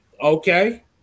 Okay